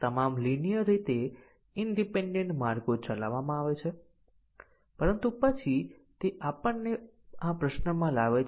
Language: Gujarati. ઉદાહરણ તરીકે આ કિસ્સામાં આ સ્ટેટમેન્ટ માં બે બેઝીક કન્ડીશન છે અને આ પ્રત્યેકને સાચા અને ખોટા મૂલ્યો લેવાની જરૂર છે